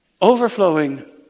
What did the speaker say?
Overflowing